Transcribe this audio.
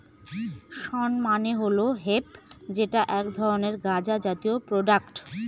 শণ মানে হল হেম্প যেটা এক ধরনের গাঁজা জাতীয় প্রোডাক্ট